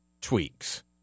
tweaks